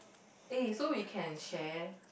eh so we can share